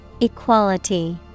Equality